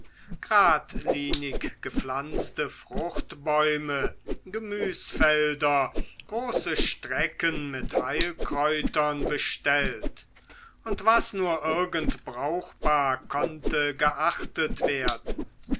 gradlinig gepflanzte fruchtbäume gemüsfelder große strecken mit heilkräutern bestellt und was nur irgend brauchbar konnte geachtet werden